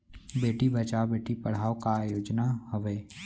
बेटी बचाओ बेटी पढ़ाओ का योजना हवे?